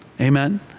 Amen